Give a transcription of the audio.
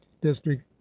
district